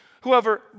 Whoever